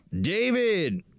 david